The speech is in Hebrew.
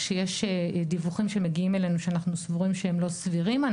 כשיש דיווחים שמגיעים אלינו שאנחנו סבורים שהם לא סבירים,